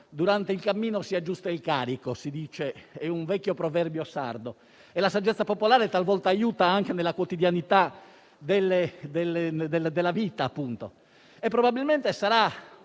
durante il cammino si aggiusta il carico. È un vecchio proverbio sardo e la saggezza popolare talvolta aiuta anche nella quotidianità della vita. Probabilmente sarà